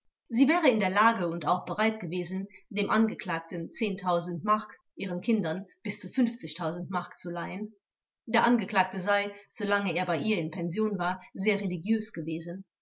sie wäre in der lage und auch bereit gewesen dem angeklagten mark ihren kindern bis zu mark zu leihen der angeklagte sei solange er bei ihr in pension war sehr religiös gewesen